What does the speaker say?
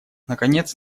наконец